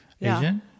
Asian